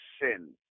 sin